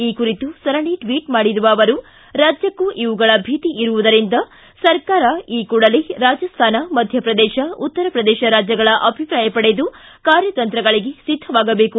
ಈ ಕುರಿತು ಸರಣಿ ಟ್ವಿಟ್ ಮಾಡಿರುವ ಅವರು ರಾಜ್ಯಕ್ಕೂ ಇವುಗಳ ಭೀತಿ ಇರುವುದರಿಂದ ಸರ್ಕಾರ ಈ ಕೂಡಲೇ ರಾಜಸ್ಥಾನ ಮಧ್ಯಪ್ರದೇಶ ಉತ್ತರ ಪ್ರದೇಶ ರಾಜ್ಯಗಳ ಅಭಿಪ್ರಾಯ ಪಡೆದು ಕಾರ್ಯತಂತ್ರಗಳಿಗೆ ಸಿದ್ದವಾಗಬೇಕು